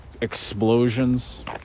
explosions